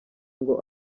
ngo